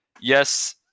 Yes